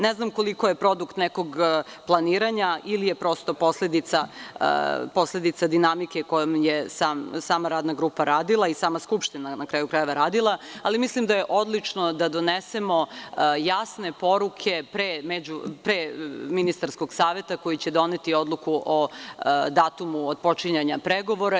Ne znam koliko je produkt nekog planiranja ili je prosto posledica dinamike kojom je sama radna grupa radila i sama Skupština radila, ali mislim da je odlično da donesemo jasne poruke pre ministarskog saveta koji će doneti odluku o datumu otpočinjanja pregovora.